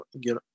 get